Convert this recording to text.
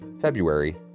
February